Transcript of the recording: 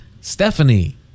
Stephanie